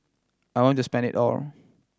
I want to spend it all